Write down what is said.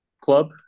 club